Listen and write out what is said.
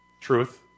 Truth